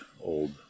old